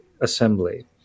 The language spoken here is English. assembly